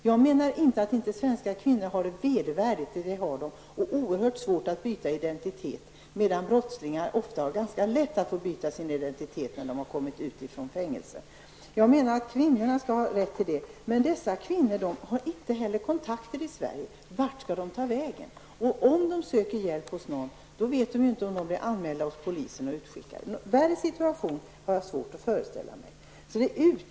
Jag menar inte att svenska kvinnor inte har det vedervärdigt -- det har de. Och de har oerhört svårt att byta identitet, vilket de borde ha rätt till. När t.ex. brottslingar kommer ut från fängelse går det ofta ganska lätt för dem att få sin identitet bytt. Vart skall dessa kvinnor ta vägen? Om de söker hjälp hos någon, riskerar de att bli anmälda hos polisen och utskickade. Värre situation har jag svårt att föreställa mig.